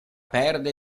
perde